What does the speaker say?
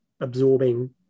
absorbing